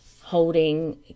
holding